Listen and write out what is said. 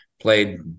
played